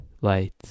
light